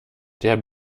der